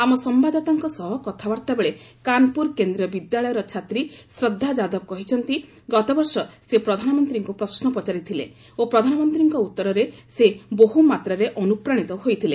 ଆମ ସମ୍ଭାଦଦାତାଙ୍କ ସହ କଥାବାର୍ତ୍ତା ବେଳେ କାନପୁର କେନ୍ଦ୍ରୀୟ ବିଦ୍ୟାଳୟର ଛାତ୍ରୀ ଶ୍ରଦ୍ଧା ଯାଦବ କହିଛନ୍ତି ଗତବର୍ଷ ସେ ପ୍ରଧାନମନ୍ତ୍ରୀଙ୍କୁ ପ୍ରଶ୍ନ ପଚାରିଥିଲେ ଓ ପ୍ରଧାନମନ୍ତ୍ରୀଙ୍କ ଉତ୍ତରରେ ସେ ବହୁ ମାତ୍ରାରେ ଅନୁପ୍ରାଣିତ ହୋଇଥିଲେ